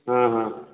हँ हँ